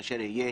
כאשר יהיה